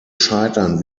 scheitern